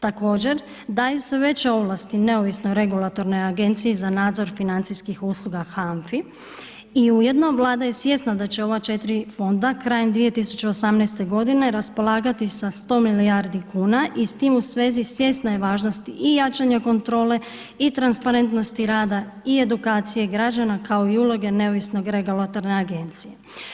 Također daje se veće ovlasti neovisnoj regulatornoj Agenciji za nadzor financijskih usluga HANFA-i i ujedno Vlada je svjesna da će ova četiri fonda krajem 2018. godine raspolagati sa 100 milijardi kuna i s tim u svezi svjesna je važnosti i jačanja kontrole i transparentnosti rada i edukacije građana kao i uloge neovisne regulatorne agencije.